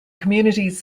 communities